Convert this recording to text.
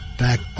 back